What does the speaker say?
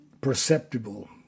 perceptible